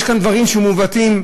יש כאן דברים שהם מעוותים,